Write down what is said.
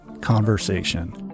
conversation